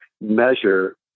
measure